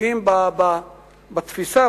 פוגעים בתפיסה,